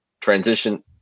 transition